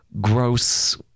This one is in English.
gross